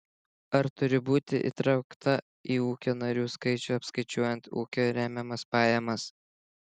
ar turiu būti įtraukta į ūkio narių skaičių apskaičiuojant ūkio remiamas pajamas